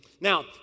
Now